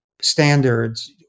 standards